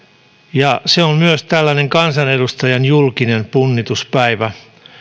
se on myös tällainen kansanedustajan julkinen punnituspäivä